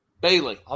Bailey